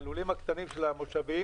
הלולים הקטנים של המושבים